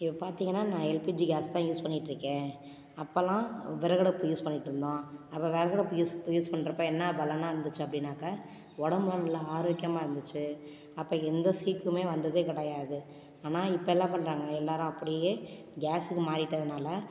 இப்போ பார்த்திங்கன்னா நான் எல்பிஜி கேஸ் தான் யூஸ் பண்ணிகிட்டு இருக்கேன் அப்போல்லாம் விறகடுப்பு யூஸ் பண்ணிட்ருந்தோம் அப்போ விறகடுப்பு யூஸ் யூஸ் பண்ணுறப்ப என்ன பலனாக இருந்துச்சு அப்படின்னாக்கா உடம்புலாம் நல்லா ஆரோக்கியமாக இருந்துச்சு அப்போ எந்த சீக்குமே வந்ததே கிடையாது ஆனால் இப்போ என்ன பண்ணுறாங்க எல்லோரும் அப்படியே கேஸுக்கு மாறிட்டதுனால்